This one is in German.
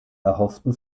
erhofften